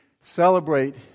celebrate